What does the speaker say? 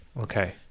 Okay